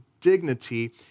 dignity